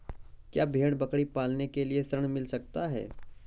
क्या भेड़ बकरी पालने के लिए ऋण मिल सकता है?